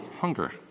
hunger